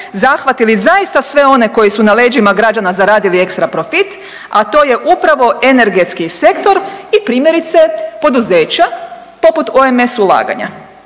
zahvatili zaista sve one koji su na leđima građana zaradili ekstra profit, a to je upravo energetski sektor i primjerice poduzeća poput OMS ulaganja.